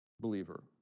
believer